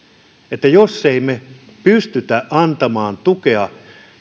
että jos emme pysty antamaan tukea ja